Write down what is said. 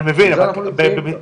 אני מבין,